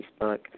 Facebook